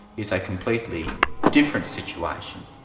is a completely different situation,